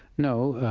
no.